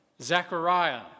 Zechariah